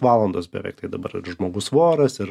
valandos beveik tai dabar ir žmogus voras ir